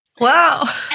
Wow